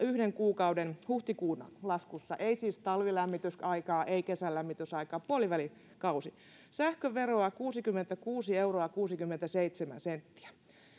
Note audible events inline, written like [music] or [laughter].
[unintelligible] yhden kuukauden huhtikuun laskussa ei siis talvilämmitysaikaa ei kesälämmitysaikaa vaan puolivälikausi sähköveroa kuusikymmentäkuusi euroa kuusikymmentäseitsemän senttiä